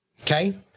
Okay